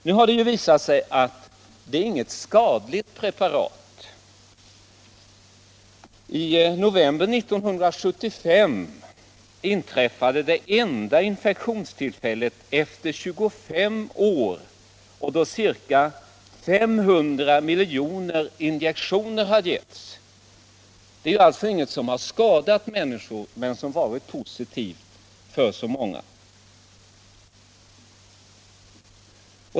Nu har det visat sig att THX inte är något skadligt preparat. I november 1975 inträffade det enda infektionstillfället under 25 år och sedan ungefär 500 miljoner injektioner hade getts. Det är alltså ingenting som har skadat människor, men det har varit positivt för många.